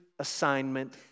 assignment